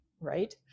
right